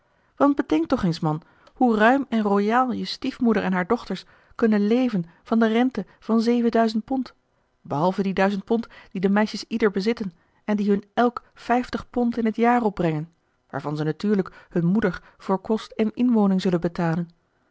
want bedenk toch eens man hoe ruim en royaal je stiefmoeder en haar dochters kunnen leven van de rente van zevenduizend pond behalve die duizend pond die de meisjes ieder bezitten en die hun elk vijftig pond in t jaar opbrengen waarvan ze natuurlijk hun moeder voor kost en inwoning zullen betalen